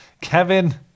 Kevin